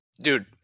Dude